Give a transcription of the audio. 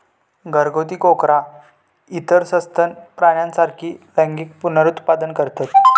घरगुती कोकरा इतर सस्तन प्राण्यांसारखीच लैंगिक पुनरुत्पादन करतत